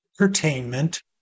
entertainment